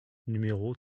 numéro